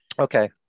okay